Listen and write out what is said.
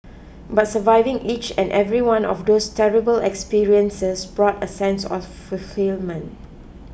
but surviving each and every one of those terrible experiences brought a sense of fulfilment